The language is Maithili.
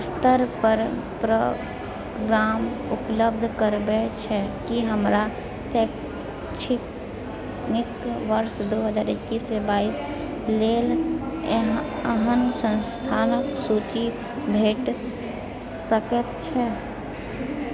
स्तरक प्रोग्राम उपलब्ध करबैत छै कि हमरा शैक्षणिक वर्ष दू हजार एकैस से बाइस लेल एहन संस्थानके सूची भेटि सकैत छै